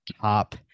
top